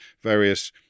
various